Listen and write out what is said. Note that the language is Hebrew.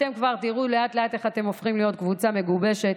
אתם כבר תראו לאט-לאט איך אתם הופכים להיות קבוצה מגובשת